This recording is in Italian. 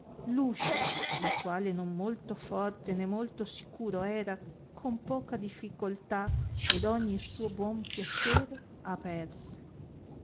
uscio il quale non molto forte né molto sicuro era con poca difficultà ad ogni suo buon piacere aperse